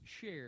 share